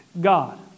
God